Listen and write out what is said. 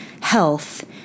health